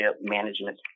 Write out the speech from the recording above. management